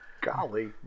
Golly